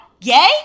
Yay